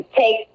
take